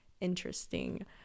interesting